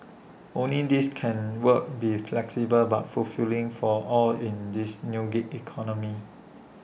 only this can work be flexible but fulfilling for all in this new gig economy